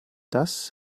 das